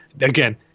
Again